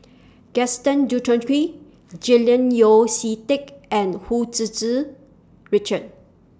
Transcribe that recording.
Gaston Dutronquoy Julian Yeo See Teck and Hu Tsu Tsu Richard